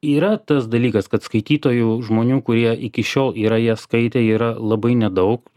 yra tas dalykas kad skaitytojų žmonių kurie iki šiol yra jas skaitę yra labai nedaug